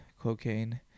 cocaine